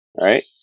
Right